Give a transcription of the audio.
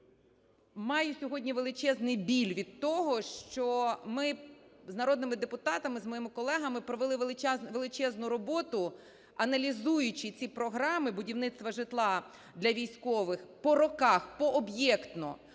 маю сьогодні величезний біль від того, що ми з народними депутатами, з моїми колегами провели величезну роботу, аналізуючи ці програми будівництва житла для військових по роках, пооб'єктно,